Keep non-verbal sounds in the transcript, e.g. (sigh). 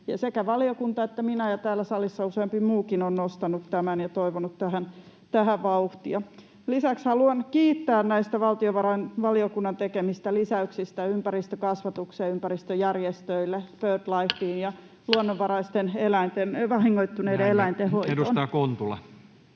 Sekä valiokunta että minä ja täällä salissa useampi muukin ovat nostaneet tämän ja toivoneet tähän vauhtia. Lisäksi haluan kiittää näistä valtiovarainvaliokunnan tekemistä lisäyksistä ympäristökasvatukseen ja ympäristöjärjestöille, kuten BirdLifelle, (noise) ja luonnonvaraisten vahingoittuneiden eläinten hoitoon.